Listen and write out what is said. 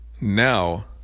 now